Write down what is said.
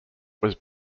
was